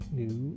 new